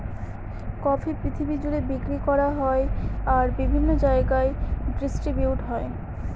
coffee পৃথিবী জুড়ে বিক্রি করা হয় আর বিভিন্ন জায়গায় ডিস্ট্রিবিউট হয়